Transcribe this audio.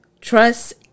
Trust